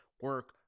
Work